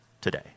today